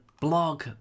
blog